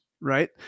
right